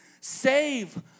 Save